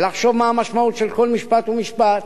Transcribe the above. ולחשוב מה המשמעות של כל משפט ומשפט.